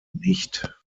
nicht